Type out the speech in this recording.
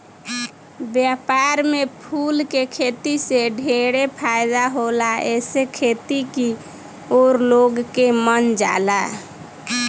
व्यापार में फूल के खेती से ढेरे फायदा होला एसे खेती की ओर लोग के मन जाला